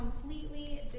completely